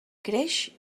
creix